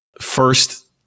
First